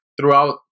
throughout